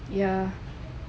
ya